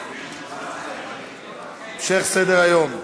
המשך סדר-היום.